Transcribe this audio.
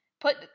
Put